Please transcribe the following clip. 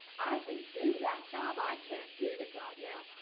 i can do that job. i can't do the job now.